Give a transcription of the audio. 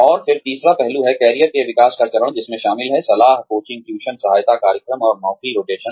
और फिर तीसरा पहलू है कैरियर के विकास का चरण जिसमें शामिल हैं सलाह कोचिंग ट्यूशन सहायता कार्यक्रम और नौकरी रोटेशन